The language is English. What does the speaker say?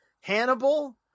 hannibal